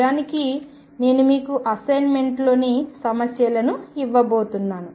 నిజానికి నేను మీకు అసైన్మెంట్లోని సమస్యలను ఇవ్వబోతున్నాను